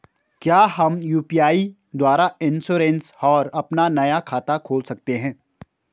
क्या हम यु.पी.आई द्वारा इन्श्योरेंस और अपना नया खाता खोल सकते हैं?